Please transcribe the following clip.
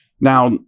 Now